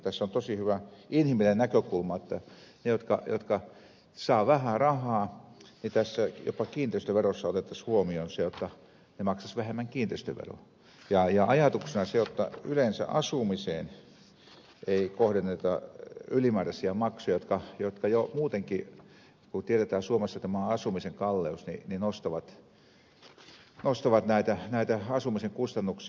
tässä on tosi hyvä inhimillinen näkökulma että niillä jotka saavat vähän rahaa jopa kiinteistöverossa otettaisiin huomioon se jolloin maksaisivat vähemmän kiinteistöveroa ja ajatuksena se jotta yleensä asumiseen ei kohdenneta ylimääräisiä maksuja jotka jo muutenkin kun tiedetään suomessa tämä asumisen kalleus nostavat näitä kustannuksia